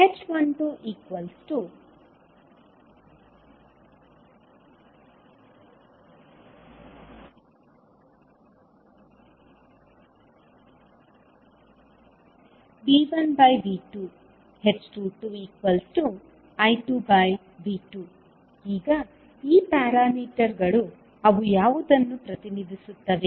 h12V1V2h22I2V2 ಈಗ ಈ ಪ್ಯಾರಾಮೀಟರ್ಗಳು ಅವು ಯಾವುದನ್ನು ಪ್ರತಿನಿಧಿಸುತ್ತವೆ